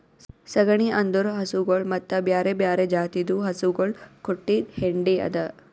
ಸಗಣಿ ಅಂದುರ್ ಹಸುಗೊಳ್ ಮತ್ತ ಬ್ಯಾರೆ ಬ್ಯಾರೆ ಜಾತಿದು ಹಸುಗೊಳ್ ಕೊಟ್ಟಿದ್ ಹೆಂಡಿ ಅದಾ